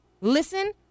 listen